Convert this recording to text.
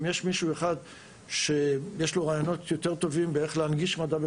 אם יש מישהו אחד שיש לו רעיונות יותר טובים איך להנגיש מדע,